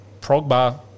Progba